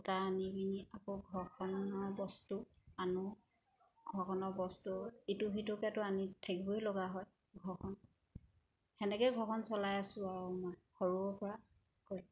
সূতা আনি পিনি আকৌ ঘৰখনৰ বস্তু আনোঁ ঘৰখনৰ বস্তু ইটো সিটোকৈতো আনি থাকিবই লগা হয় ঘৰখন সেনেকৈয়ে ঘৰখন চলাই আছোঁ আৰু মই সৰুৰেপৰা কৰি